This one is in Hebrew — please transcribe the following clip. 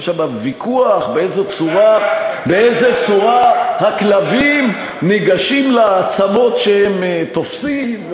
יש שם ויכוח באיזו צורה הכלבים ניגשים לעצמות שהם תופסים,